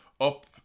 up